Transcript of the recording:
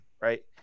right